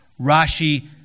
Rashi